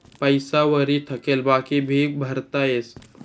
पैसा वरी थकेल बाकी भी भरता येस